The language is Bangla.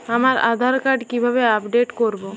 আমার আধার কার্ড কিভাবে আপডেট করব?